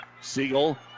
Siegel